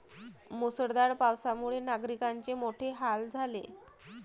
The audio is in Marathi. मुसळधार पावसामुळे नागरिकांचे मोठे हाल झाले